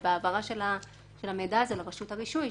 של העברה של המידע הזה לרשות הרישוי.